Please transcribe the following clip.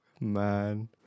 Man